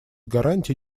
гарантий